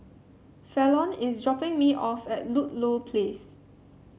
Fallon is dropping me off at Ludlow Place